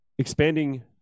Expanding